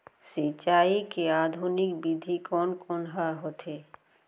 सिंचाई के आधुनिक विधि कोन कोन ह होथे?